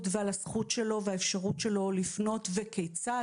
ועל הזכות שלו והאפשרות שלו לפנות וכיצד.